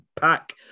pack